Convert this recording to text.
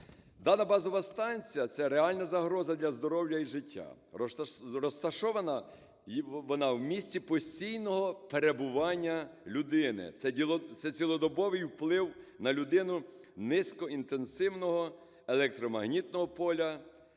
Дана базова станція – це реальна загроза для здоров'я і життя. Розташована вона в місті постійного перебування людини. Це цілодобовий вплив на людину низькоінтенсивного електромагнітного поля,